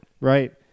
Right